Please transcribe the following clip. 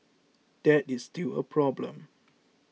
that is still a problem